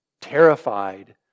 terrified